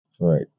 Right